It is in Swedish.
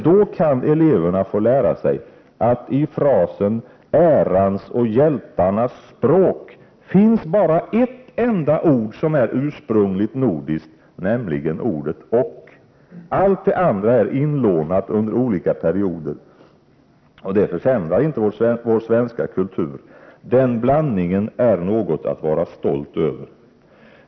Då kan eleverna få lära sig att i frasen ärans och hjältarnas språk finns bara ett enda ord som är ursprungligt nordiskt, nämligen ordet och. Allt det andra är inlånat under olika perioder, och det försämrar inte vår svenska kultur. Den blandningen är något att vara stolt över!